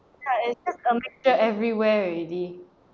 ya it's just a mixture everywhere already